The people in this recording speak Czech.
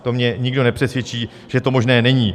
To mě nikdo nepřesvědčí, že to možné není.